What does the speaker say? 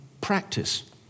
practice